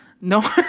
No